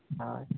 ᱦᱳᱭ